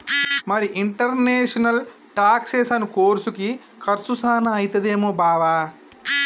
మరి ఇంటర్నేషనల్ టాక్సెసను కోర్సుకి కర్సు సాన అయితదేమో బావా